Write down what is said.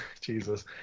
Jesus